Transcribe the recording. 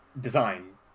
design